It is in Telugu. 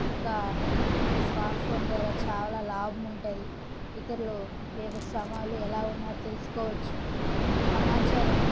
ఇక ఈ స్మార్ట్ ఫోన్ ద్వారా చాలా లాభముంటుంది ఇతరుల యోగక్షమాలు ఎలా ఉన్నారు తెలుసుకోవచ్చు సమాచారం